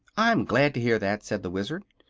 i'm glad to hear that, said the wizard.